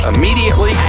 Immediately